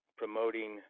promoting